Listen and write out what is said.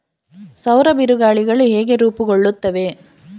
ಸೌರ ಬಿರುಗಾಳಿಗಳು ಹೇಗೆ ರೂಪುಗೊಳ್ಳುತ್ತವೆ?